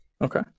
okay